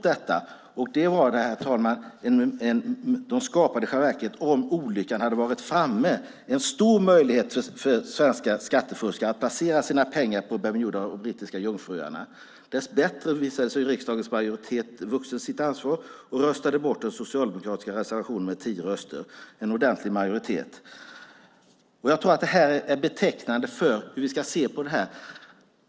Om olyckan hade varit framme hade det skapat, herr talman, en stor möjlighet för svenska skattefuskare att placera sina pengar på Bermuda och Brittiska Jungfruöarna. Dess bättre visade sig riksdagens majoritet vara vuxen sitt ansvar och röstade bort den socialdemokratiska reservationen med 10 rösters majoritet, en ordentlig majoritet. Det här är betecknande för hur vi ska se på detta.